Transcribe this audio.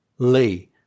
Lee